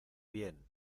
bien